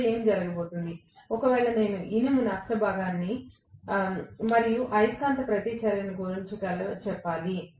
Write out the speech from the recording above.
ఇప్పుడు ఏమి జరగబోతోంది ఒకవేళ నేను ఇనుము నష్టం భాగాన్ని మరియు అయస్కాంత ప్రతిచర్యను కూడా చేర్చాలి